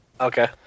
Okay